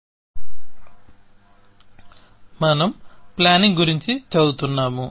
goal stock planning సస్మాన్ యొక్క అసాధారణత మనం ప్లానింగ్ గురించి చదువుతున్నాము